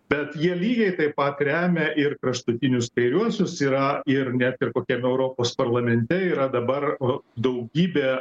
bet jie lygiai taip pat remia ir kraštutinius kairiuosius yra ir net ir kokiam europos parlamente yra dabar daugybė